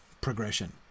progression